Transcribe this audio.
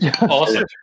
Awesome